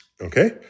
Okay